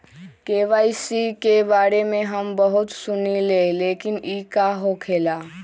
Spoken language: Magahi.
के.वाई.सी के बारे में हम बहुत सुनीले लेकिन इ का होखेला?